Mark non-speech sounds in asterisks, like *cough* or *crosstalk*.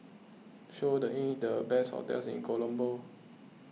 show the *unintelligible* best hotels in Colombo